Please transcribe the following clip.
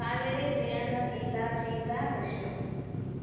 Kaveri Priyanka Geeta Sita Krishna